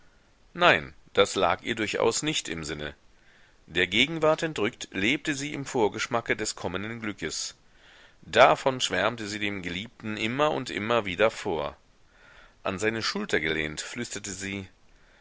nein das lag ihr durchaus nicht im sinne der gegenwart entrückt lebte sie im vorgeschmacke des kommenden glückes davon schwärmte sie dem geliebten immer und immer wieder vor an seine schulter gelehnt flüsterte sie